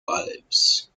lives